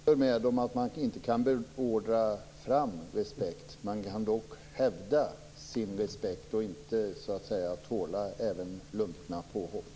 Fru talman! Jag håller med om att det inte går att beordra fram respekt. Man kan dock hävda sin respekt och inte behöva tåla lumpna påhopp.